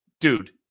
dude